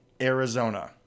Arizona